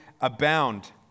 abound